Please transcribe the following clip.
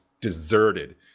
deserted